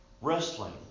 wrestling